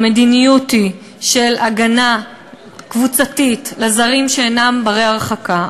המדיניות היא של הגנה קבוצתית לזרים שאינם בני-הרחקה,